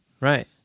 right